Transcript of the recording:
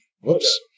Whoops